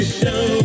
show